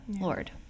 Lord